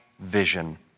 vision